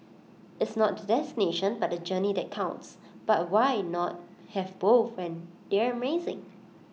it's not the destination but the journey that counts but why not have both when they're amazing